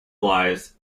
lies